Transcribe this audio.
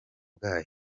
bwayo